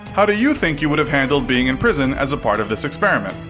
how do you think you would have handled being in prison as part of this experiment?